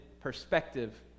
perspective